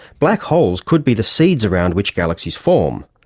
black holes could be the seeds around which galaxies form,